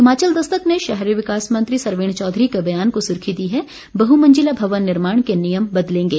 हिमाचल दस्तक ने शहरी विकास मंत्री सरवीण चौधरी के ब्यान को सुर्खी दी है बहुमंजिला भवन निर्माण के नियम बदलेंगे